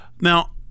Now